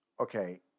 okay